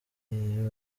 iyo